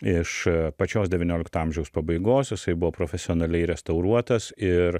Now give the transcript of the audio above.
iš pačios devyniolikto amžiaus pabaigos jisai buvo profesionaliai restauruotas ir